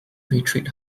retreat